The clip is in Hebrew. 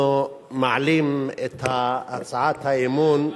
אנחנו מעלים את הצעת האי-אמון,